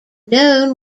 known